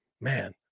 man